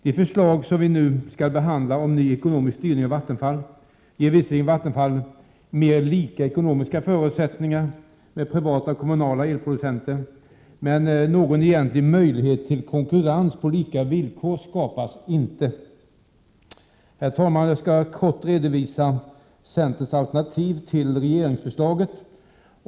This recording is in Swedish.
Det förslag vi nu skall behandla om ny ekonomisk styrning av Vattenfall ger visserligen Vattenfall förutsättningar som är mer likartade dem som gäller för privata och kommunala elproducenter, men någon egentlig möjlighet till konkurrens på lika villkor skapas inte. Herr talman! Jag skall kort redovisa centerns alternativ till regeringsförslaget.